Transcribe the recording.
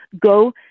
go